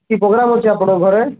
କି ପୋଗ୍ରାମ୍ ଅଛି ଆପଣଙ୍କ ଘରେ